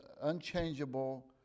unchangeable